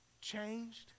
changed